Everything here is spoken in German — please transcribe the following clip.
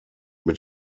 mit